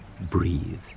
breathe